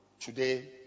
Today